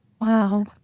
Wow